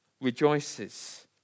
rejoices